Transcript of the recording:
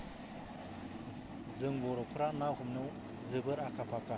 जों बर'फ्रा ना हमनो जोबोद आखा फाखा